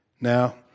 Now